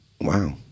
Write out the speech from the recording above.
Wow